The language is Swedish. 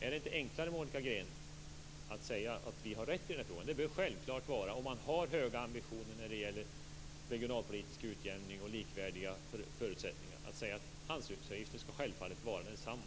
Är det inte enklare, Monica Green, att säga att vi har rätt i denna fråga? Om man har höga ambitioner när det gäller regionalpolitisk utjämning och likvärdiga förutsättningar bör det vara självklart att säga att anslutningsavgiften skall vara densamma.